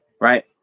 Right